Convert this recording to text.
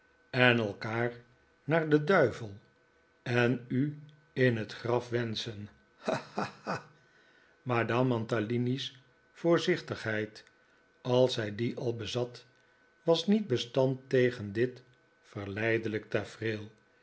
en elkaar naar den duivel en u in het graf wenschen ha ha ha madame mantalini's voorzichtigheid als zij die al bezat was niet bestand tegen dit verleidelijk tafereel